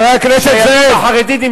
חבר הכנסת זאב.